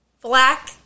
black